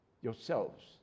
yourselves